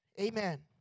Amen